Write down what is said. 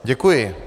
Děkuji.